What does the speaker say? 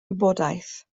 wybodaeth